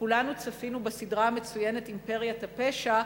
כולנו צפינו בסדרה המצוינת "אימפריית הפשע",